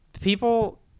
people